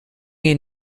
ihn